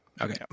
Okay